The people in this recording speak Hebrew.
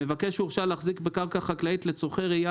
מבקש שהורשה להחזיק בקרקע לצורכי רעייה